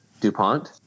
DuPont